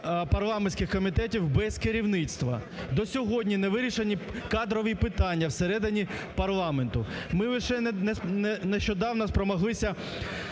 парламентських комітетів без керівництва. До сьогодні не вирішені кадрові питання в середині парламенту. Ми лише нещодавно спромоглися